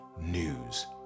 news